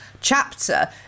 chapter